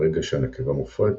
ברגע שהנקבה מופרית,